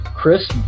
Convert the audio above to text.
Chris